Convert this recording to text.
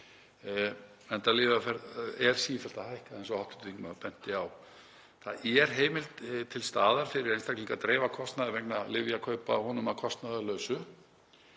lyfjaverð sífellt að hækka eins og hv. þingmaður benti á. Það er heimild til staðar fyrir einstakling að dreifa kostnaði vegna lyfjakaupa honum að kostnaðarlausu.